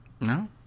No